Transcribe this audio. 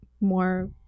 more